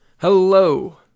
Hello